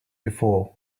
before